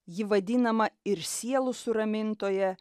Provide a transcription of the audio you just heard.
ji vadinama ir sielų suramintoja